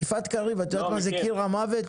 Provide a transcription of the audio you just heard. יפעת קריב, את יודעת מה זה קיר המוות?